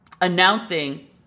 announcing